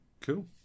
Cool